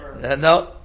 No